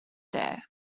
there